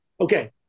Okay